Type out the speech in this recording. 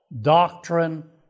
doctrine